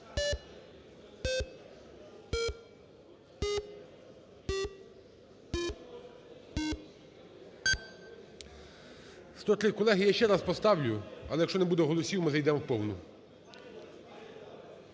За-103 Колеги, я ще раз поставлю, але якщо не буде голосів, ми зайдемо в повну.